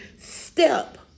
step